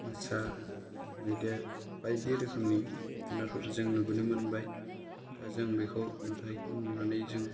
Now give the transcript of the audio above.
मोसा मैदेर बायदि रोखोमनि जुनारफोरखौ जों नुबोनो मोनबाय दा जों बेखौ नुथायखौ नुनानै जों